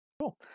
Cool